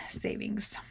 savings